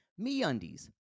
MeUndies